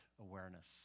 awareness